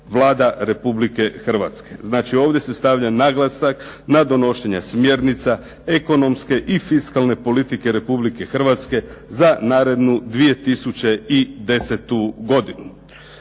Vlada Republike Hrvatske“. Dakle, ovdje se stavlja naglasak na donošenje smjernica ekonomske i fiskalne politike Republike Hrvatske za narednu 2010. godinu.